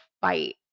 fight